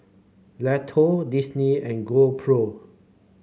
Lotto Disney and GoPro